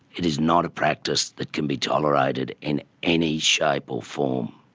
it is not a practice that can be tolerated in any shape or form.